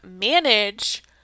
manage